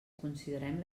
considerem